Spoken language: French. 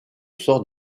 sort